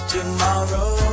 Tomorrow